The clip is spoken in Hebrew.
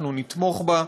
נתמוך בה.